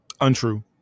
untrue